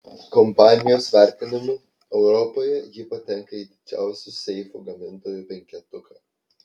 kompanijos vertinimu europoje ji patenka į didžiausių seifų gamintojų penketuką